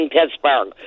Pittsburgh